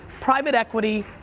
private equity,